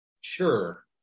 Sure